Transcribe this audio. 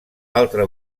altre